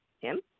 Tim